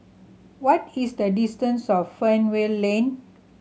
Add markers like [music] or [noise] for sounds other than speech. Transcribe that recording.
what is the distance [unintelligible] Fernvale Lane